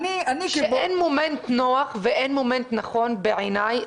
שאין מומנט נוח ואין מומנט נכון בעיניי.